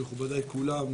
מכובדיי כולם,